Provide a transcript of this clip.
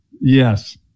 Yes